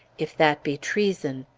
if that be treason,